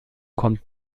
kommt